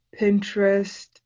Pinterest